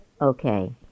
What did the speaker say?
okay